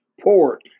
Port